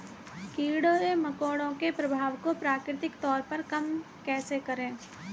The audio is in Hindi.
कीड़े मकोड़ों के प्रभाव को प्राकृतिक तौर पर कम कैसे करें?